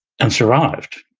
and survived.